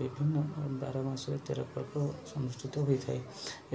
ବିଭିନ୍ନ ବାର ମାସରେ ତେର ପର୍ବ ଅନୁଷ୍ଠିତ ହୋଇଥାଏ